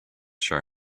show